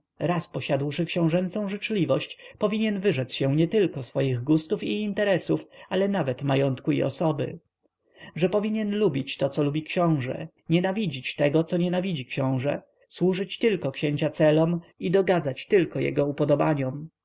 raz posiadłszy książęcą życzliwość powinien wyrzec się nietylko swoich gustów i interesów ale nawet majątku i osoby że powinien lubić to co lubi książe nienawidzieć tego co nienawidzi książe służyć tylko księcia celom i dogadzać tylko jego upodobaniom